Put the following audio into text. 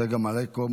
צגה מלקו,